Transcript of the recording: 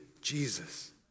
Jesus